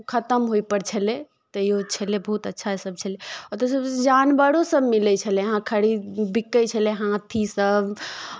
खतम होय पर छलय तैओ छलय बहुत अच्छासभ छलय ओतय सभसँ जानवरोसभ मिलै छलय अहाँ खरीद बिकै छलय हाथीसभ